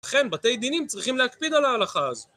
לכן בתי דינים צריכים להקפיד על ההלכה הזו